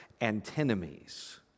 antinomies